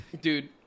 dude